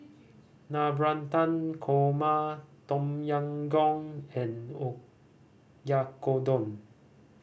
Navratan Korma Tom Yam Goong and Oyakodon